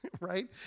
Right